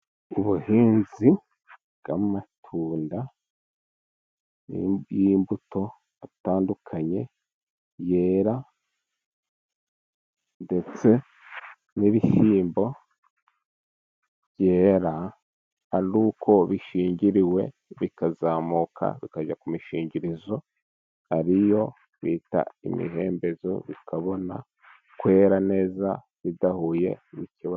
Ubuhinzi bw'amatunda y'imbuto atandukanye, yera ndetse n'ibishyimbo byera ari uko bishingiriwe, bikazamuka ku mishingirizo ari yo bita imihembezo, bikabona kwera neza bidahuye n'ikibazo.